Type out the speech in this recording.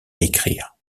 écrire